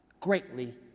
greatly